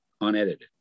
unedited